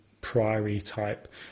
priory-type